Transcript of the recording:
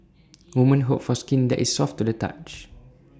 women hope for skin that is soft to the touch